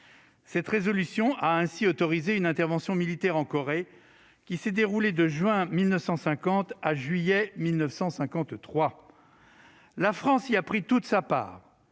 C'est ainsi qu'a été autorisée l'intervention militaire en Corée, qui s'est déroulée de juin 1950 à juillet 1953. La France y a pris toute sa part,